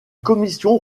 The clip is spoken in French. commission